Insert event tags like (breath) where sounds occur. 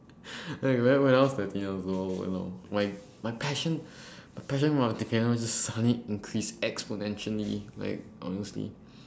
(laughs) like back when I was thirteen years old you know my my passion (breath) my passion for the piano just suddenly increase exponentially like honestly (breath)